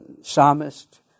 psalmist